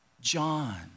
John